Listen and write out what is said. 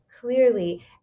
clearly